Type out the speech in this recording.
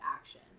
action